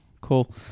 Cool